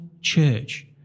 church